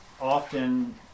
often